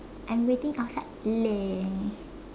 I am waiting outside leh